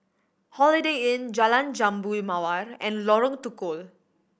Holiday Inn Jalan Jambu Mawar and Lorong Tukol